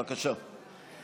בבקשה.